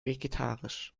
vegetarisch